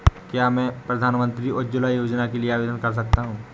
क्या मैं प्रधानमंत्री उज्ज्वला योजना के लिए आवेदन कर सकता हूँ?